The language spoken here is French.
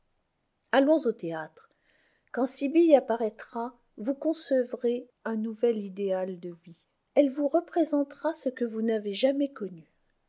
allons au théâtre quand sibyl apparaîtra vous concevrez un nouvel idéal de vie elle vous représentera ce que vous n'avez jamais connu